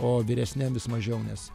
o vyresniam vis mažiau nes